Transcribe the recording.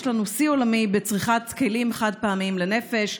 יש לנו שיא עולמי בצריכת כלים חד-פעמיים לנפש,